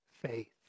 faith